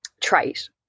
trait